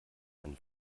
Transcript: einen